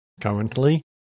Currently